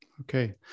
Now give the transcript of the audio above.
Okay